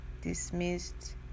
Dismissed